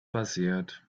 passiert